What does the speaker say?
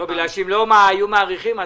אם לא היו מאריכים,